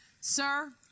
Sir